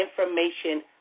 information